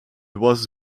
was